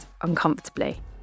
uncomfortably